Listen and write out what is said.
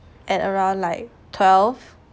at around like twelve